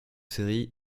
séries